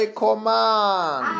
command